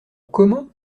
comment